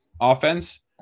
offense